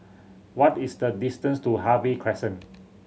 what is the distance to Harvey Crescent